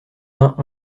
vingt